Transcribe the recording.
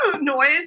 noise